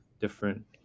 different